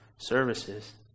Services